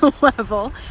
level